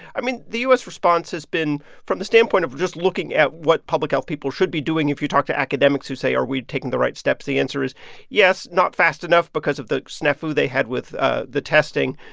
i mean, the u s. response has been from the standpoint of just looking at what public health people should be doing, if you talk to academics who say are we taking the right steps, the answer is yes, not fast enough because of the snafu they had with ah the testing.